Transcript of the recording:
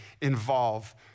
involve